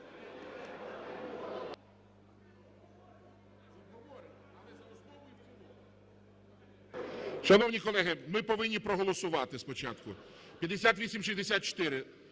Шановні колеги, ми повинні проголосувати спочатку. 5864,